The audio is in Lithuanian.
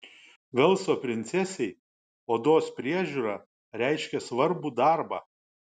velso princesei odos priežiūra reiškė svarbų darbą